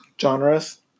Genres